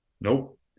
Nope